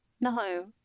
No